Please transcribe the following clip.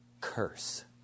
curse